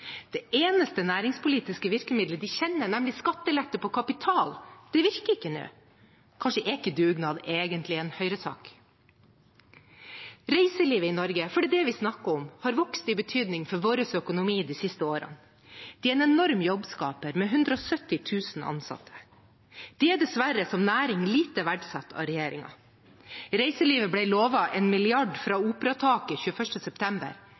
Det eneste næringspolitiske virkemidlet de kjenner, nemlig skattelette på kapital, det virker ikke nå. Kanskje er ikke dugnad egentlig en Høyre-sak? Reiselivet i Norge, for det er det vi snakker om, har vokst i betydning for vår økonomi de siste årene. Det er en enorm jobbskaper, med 170 000 ansatte. Det er dessverre som næring lite verdsatt av regjeringen. Reiselivet ble lovet en milliard på operataket 21. september